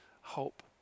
hope